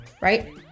Right